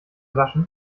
waschen